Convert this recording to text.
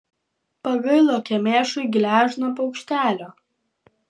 pagailo kemėšiui gležno paukštelio